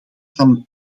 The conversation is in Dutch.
van